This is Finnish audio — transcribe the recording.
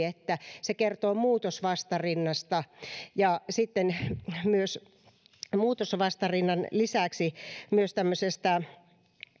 että se kertoo muutosvastarinnasta ja sitten muutosvastarinnan lisäksi myös tämmöisestä